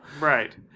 Right